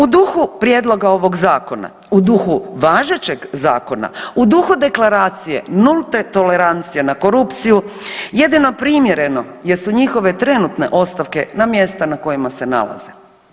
U duhu prijedloga ovog Zakona, u duhu važećeg zakona, u duhu Deklaracije nulte tolerancije na korupciju jedino primjereno jesu njihove trenutne ostavke na mjesta na kojima se nalaze.